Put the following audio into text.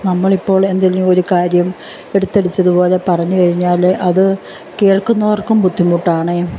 നമ്മളിപ്പോൾ എന്തെങ്കിലും ഒരു കാര്യം എടുത്ത്ടിച്ചതു പോലെ പറഞ്ഞു കഴിഞ്ഞാൽ അത് കേൾക്കുന്നവർക്കും ബുദ്ധിമുട്ടാണ്